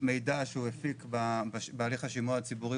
המידע שהוא הפיק בהליך השימוע הציבורי